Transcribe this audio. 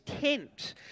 tent